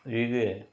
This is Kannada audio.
ಈಗ